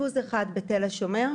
אשפוז אחד בתל השומר,